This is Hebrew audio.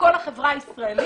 לכל החברה הישראלית,